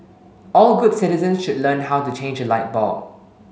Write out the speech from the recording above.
all good citizens should learn how to change a light bulb